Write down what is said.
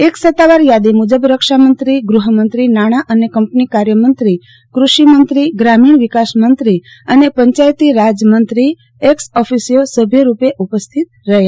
એક સત્તાવાર યાદી મૂજબ રક્ષામંત્રી ગૃહમંત્રી નાણા અને કંપની કાર્યમંત્રી ક્રષિ મંત્રી ગ્રામીણ વિકાસ મંત્રી અને પંચાયતી રાજ મંત્રી એકસઓફીશીયો સભ્ય રૂપે ઉપસ્થિત રહ્યા